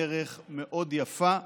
עשתה בשנים האחרונות דרך מאוד יפה.